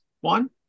one